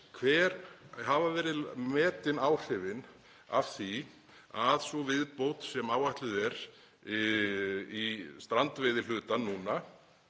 hver hafa verið metin áhrifin af þeirri viðbót sem áætluð er í strandveiðihlutann núna?